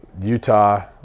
Utah